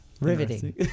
riveting